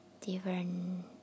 different